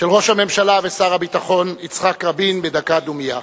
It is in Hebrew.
של ראש הממשלה ושר הביטחון יצחק רבין בדקת דומייה.